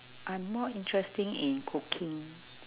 I'm more interesting in cooking